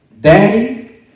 Daddy